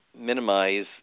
minimize